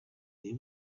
they